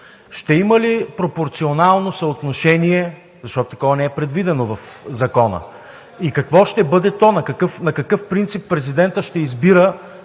Ще има ли пропорционално съотношение – защото такова не е предвидено в Закона – и какво ще бъде то? На какъв принцип президентът ще избира